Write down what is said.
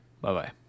Bye-bye